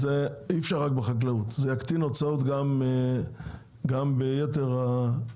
אי אפשר לעשות את זה רק בחקלאות; זה יקטין הוצאות גם ביתר העסקים.